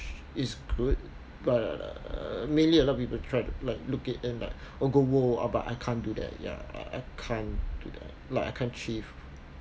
is good but uh mainly a lot of people try to like look it and like go !whoa! uh but I can't do that ya I I can't do that like I can't achieve